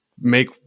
make